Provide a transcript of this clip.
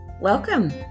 welcome